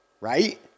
right